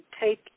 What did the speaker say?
take